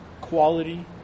Quality